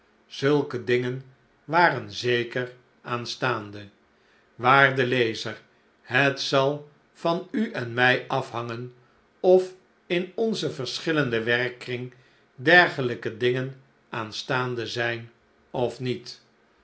zulke dingen waren zeker aanstaande waarde lezer het zal van u en mij afhangen of in onzen verschillenden werkkring dergelijke dingen aanstaande zijn of niet